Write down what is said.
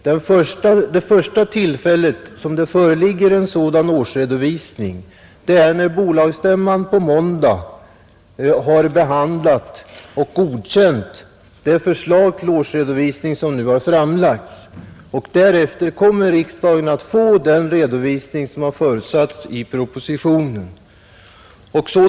Det första tillfälle då det föreligger en sådan årsredovisning är när bolagsstämman på måndag har behandlat och godkänt det förslag till årsredovisning som nu är framlagt. Därefter kommer riksdagen att få den redogörelse som förutsatts i propositionen.